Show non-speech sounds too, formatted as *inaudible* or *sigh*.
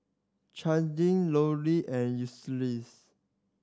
*unintelligible* Lori and Ulysses